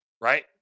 right